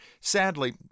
Sadly